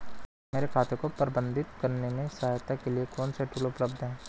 मेरे खाते को प्रबंधित करने में सहायता के लिए कौन से टूल उपलब्ध हैं?